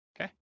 Okay